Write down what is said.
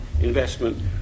investment